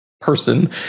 person